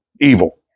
evil